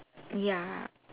ya